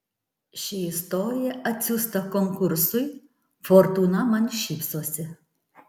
ši istorija atsiųsta konkursui fortūna man šypsosi